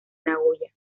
nagoya